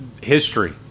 history